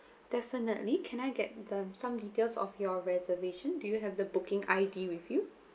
definitely can I get the some details of your reservation do you have the booking I_D with you